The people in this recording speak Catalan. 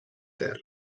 terra